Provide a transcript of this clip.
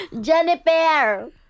Jennifer